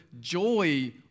joy